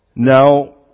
Now